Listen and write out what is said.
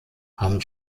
haben